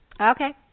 Okay